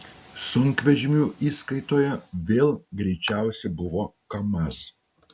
sunkvežimių įskaitoje vėl greičiausi buvo kamaz